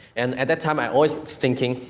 and at that time, i was thinking,